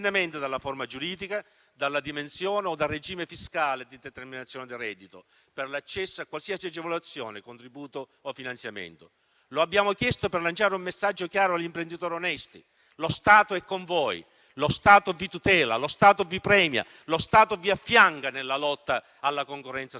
dalla forma giuridica, dalla dimensione o dal regime fiscale di determinazione del reddito, per l'accesso a qualsiasi agevolazione, contributo e finanziamento. Lo abbiamo chiesto per lanciare un messaggio chiaro agli imprenditori onesti: lo Stato è con voi. Lo Stato vi tutela. Lo Stato vi premia. Lo Stato vi affianca nella lotta alla concorrenza scorretta.